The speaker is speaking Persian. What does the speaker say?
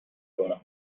کنم